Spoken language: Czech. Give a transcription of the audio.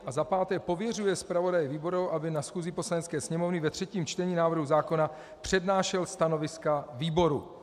V. pověřuje zpravodaje výboru, aby na schůzi Poslanecké sněmovny ve třetím čtení návrhu zákona přednášel stanoviska výboru.